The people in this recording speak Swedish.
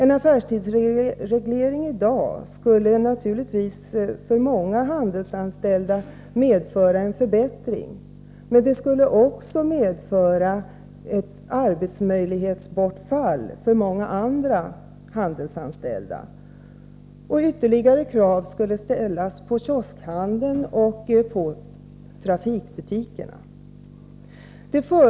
En affärstidsreglering i dag skulle för många handelsanställda naturligtvis medföra en förbättring men också ett bortfall för många andra handelsanställda när det gäller möjligheterna till arbete. Ytterligare krav skulle ställas på kioskhandeln och trafikbutikerna.